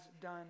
done